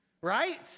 right